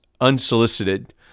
unsolicited